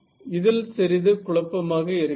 இதில் சிறிது குழப்பமாக இருக்கிறது